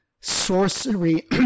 sorcery